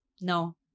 No